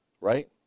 right